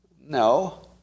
no